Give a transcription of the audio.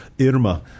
Irma